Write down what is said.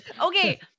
Okay